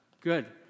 Good